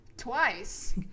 twice